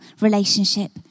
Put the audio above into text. relationship